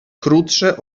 krótsze